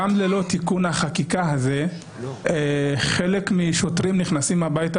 גם ללא תיקון החקיקה הזה חלק מהשוטרים נכנסים הביתה,